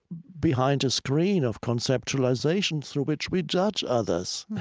behind a screen of conceptualization through which we judge others.